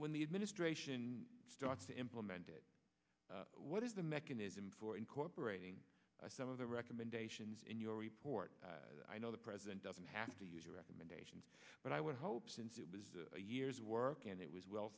when the administration starts to implemented what is the mechanism for incorporating some of the recommendations in your report i know the president doesn't have to use your recommendations but i would hope since it was a year's work and it was well